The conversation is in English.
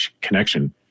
connection